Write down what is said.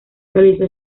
realizó